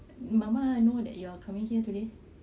mama know that you are coming here today